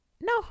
No